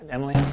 Emily